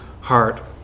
heart